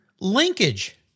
Linkage